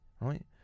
right